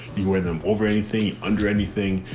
you wear them over anything under anything.